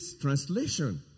translation